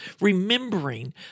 remembering